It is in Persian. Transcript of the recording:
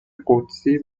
قدسی